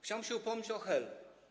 Chciałbym się upomnieć o Hel.